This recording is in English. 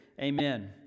Amen